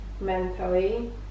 mentally